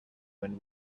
when